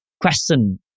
question